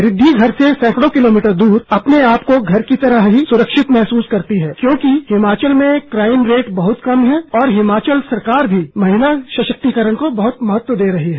ऋधि घर से सैंकड़ों किलोमीटर दूर अपने आप को घर की तरह ही सुरक्षित महसूस करती हैं क्योंकि हिमाचल में क्राईम रेट बहुत कम है और प्रदेश सरकार भी महिला सशक्तिकरण को बहुत महत्व दे रही है